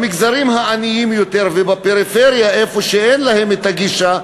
במגזרים העניים יותר ובפריפריה, שאין להם הגישה,